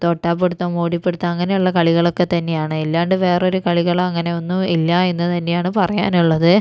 തോട്ടാപ്പിടുത്തം ഓടിപ്പിടുത്തം അങ്ങനെയുള്ള കളികളൊക്കെ തന്നെയാണ് അല്ലാണ്ട് വേറൊരു കളികളോ അങ്ങനെയൊന്നും ഇല്ലാ എന്നു തന്നെയാണ് പറയാനുള്ളത്